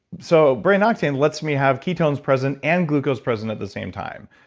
so brain octane lets me have ketones present and glucose present at the same time.